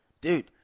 Dude